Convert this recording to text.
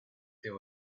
there